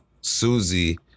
Susie